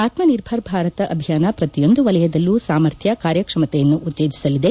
ಆತ್ಸನಿರ್ಭರ್ ಭಾರತ ಅಭಿಯಾನ ಪ್ರತಿಯೊಂದು ವಲಯದಲ್ಲೂ ಸಾಮರ್ಥ್ಲ ಕಾರ್ಯಕ್ಷಮತೆಯನ್ನು ಉತ್ತೇಜಿಸಲಿದೆ